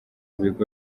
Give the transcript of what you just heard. bigo